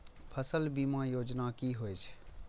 फसल बीमा योजना कि होए छै?